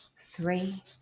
three